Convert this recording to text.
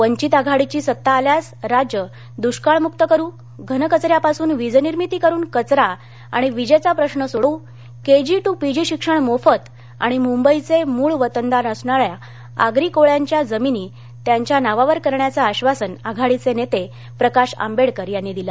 वंचित आघाडीची सत्ता आल्यास राज्य दृष्काळमुक्त करू घनकचऱ्यापासून वीजनिर्मिती करून कचरा आणि वीजेचा प्रश्न सोडवू केजी ट्ट पीजी शिक्षण मोफत आणि मुंबईचे मूळ वतनदार असणा याआगरी कोळयांच्या जमिनी त्यांच्या नावावर करण्याचं आश्वासन आघाडीचे नेते प्रकाश आंबेडकर यांनी दिलं